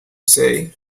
say